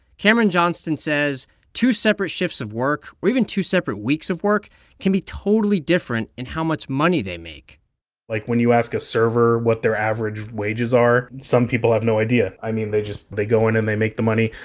cameron johnston says two separate shifts of work or even two separate weeks of work can be totally different in how much money they make like, when you ask a server what their average wages are, some people have no idea. i mean, they just they go in, and they make the money.